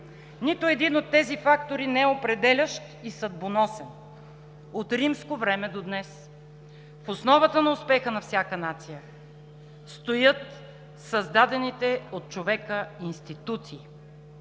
Нито един от тези фактори не е определящ и съдбоносен от римско време до днес. В основата на успеха на всяка нация стоят създадените от човека институции.